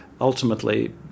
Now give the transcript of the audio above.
ultimately